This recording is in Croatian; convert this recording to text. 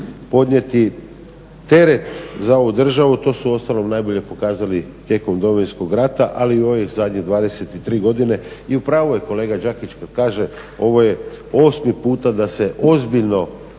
podnijeti teret za ovu državu. To su uostalom pokazali tijekom Domovinskog rata ali i u ovim zadnjih 23 godine i u pravu je kolega Đakić kad kaže ovo je osmi puta da se ozbiljno